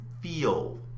feel